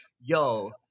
yo